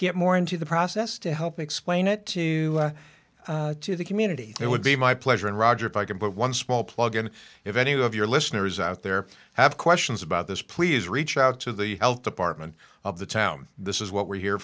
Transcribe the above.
get more into the process to help explain it to to the community it would be my pleasure and roger if i can but one small plug and if any of your listeners out there have questions about this please reach out to the health department of the town this is what we're here